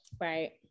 Right